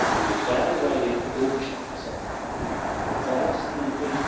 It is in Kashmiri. یہِ زال وارِیاہ گوٚب چھُ آسان یَتھ زالَس أنٛدۍ أنٛدۍ